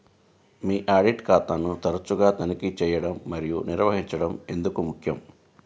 మీ audit ఖాతాను తరచుగా తనిఖీ చేయడం మరియు నిర్వహించడం ఎందుకు ముఖ్యం?